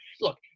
Look